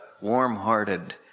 warm-hearted